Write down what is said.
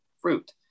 fruit